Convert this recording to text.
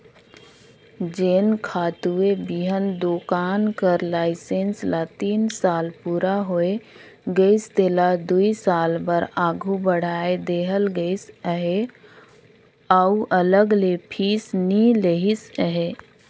जेन खातूए बीहन दोकान कर लाइसेंस ल तीन साल पूरा होए गइस तेला दुई साल बर आघु बढ़ाए देहल गइस अहे अउ अलग ले फीस नी लेहिस अहे